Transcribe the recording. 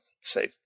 say